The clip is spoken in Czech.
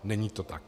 Není to tak.